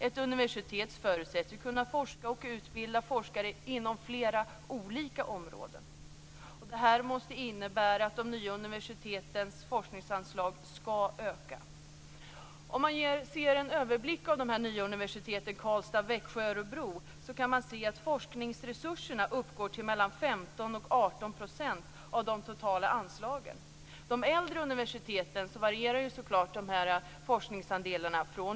Ett universitet förutsätts ju kunna forska och utbilda forskare inom flera olika områden. Det här måste innebära att de nya universitetens forskningsanslag skall öka. Växjö och Örebro visar att forskningsresurserna uppgår till mellan 15 och 18 % av de totala anslagen. När det gäller de äldre universiteten varierar så klart forskningsandelarna.